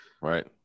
Right